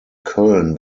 köln